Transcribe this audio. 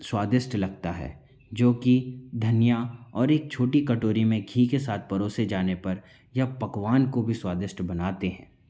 स्वादिष्ट लगता है जो कि धनिया और एक छोटी कटोरी में घी के साथ परोसे जाने पर ये पकवान को भी स्वादिष्ट बनाते हैं